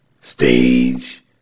stage